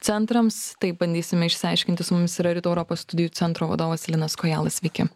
centrams tai bandysime išsiaiškinti su mumis yra rytų europos studijų centro vadovas linas kojala sveiki